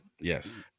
Yes